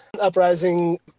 uprising